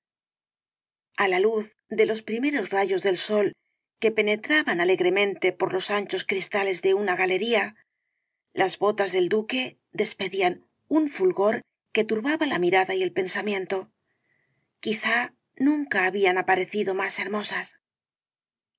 á la luz de los primeros rayos del sol que penetraban alegremente por los anchos cristales de una galería las botas del duque despedían un fulgor que turbaba la mirada y el pensamiento quizá nunca habían aparecido más hermosas